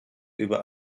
über